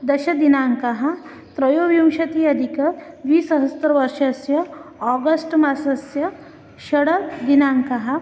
दशदिनाङ्कः त्रयोविंशतिः अधिकद्विसहस्रवर्षस्य आगस्ट् मासस्य षड् दिनाङ्कः